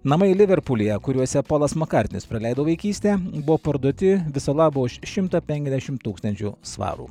namai liverpulyje kuriuose polas makartnis praleido vaikystę buvo parduoti viso labo už šimtą penkiasdešimt tūkstančių svarų